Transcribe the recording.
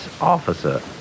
officer